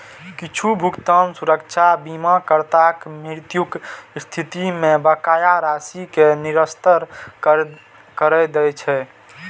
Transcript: किछु भुगतान सुरक्षा बीमाकर्ताक मृत्युक स्थिति मे बकाया राशि कें निरस्त करै दै छै